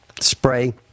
spray